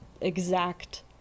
exact